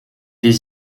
des